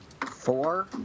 four